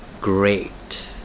great